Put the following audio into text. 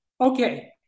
Okay